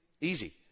Easy